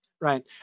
right